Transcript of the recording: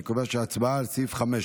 אני קובע שההצבעה על סעיף 5,